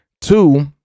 Two